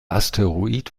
asteroid